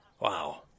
Wow